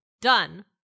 Done